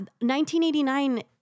1989